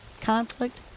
conflict